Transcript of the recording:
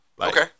Okay